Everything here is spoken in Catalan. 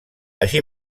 així